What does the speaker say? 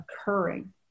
occurring